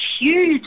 huge